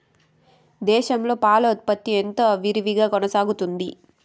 దేశంలో పాల ఉత్పత్తి ఎంతో విరివిగా కొనసాగుతోంది